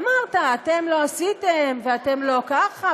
אמרת: אתם לא עשיתם ואתם לא ככה,